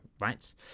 right